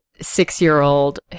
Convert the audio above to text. six-year-old